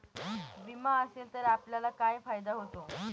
विमा असेल तर आपल्याला काय फायदा होतो?